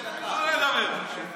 אני לידך, רק עכשיו התחלת להתלהב.